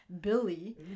Billy